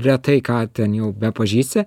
retai ką ten jau bepažįsti